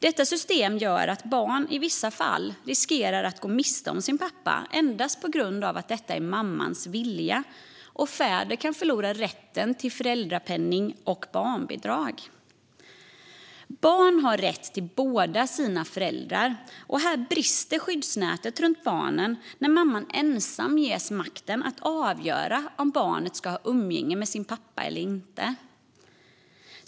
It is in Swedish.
Detta system gör att barn i vissa fall riskerar att gå miste om sin pappa endast på grund av att detta är mammans vilja, och fäder kan förlora rätten till föräldrapenning och barnbidrag. Barn har rätt till båda sina föräldrar, och här brister skyddsnätet runt barnen när mamman ensam ges makten att avgöra om barnet ska ha umgänge med sin pappa eller inte.